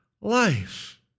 life